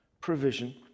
provision